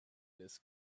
this